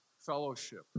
fellowship